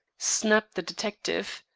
snapped the detective.